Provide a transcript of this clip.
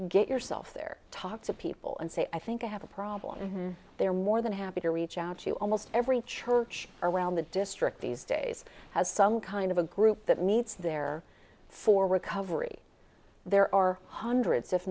get yourself there talk to people and say i think i have a problem there are more than happy to reach out to almost every church around the district these days has some kind of a group that meets there for recovery there are hundreds if